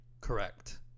Correct